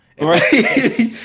Right